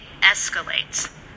escalates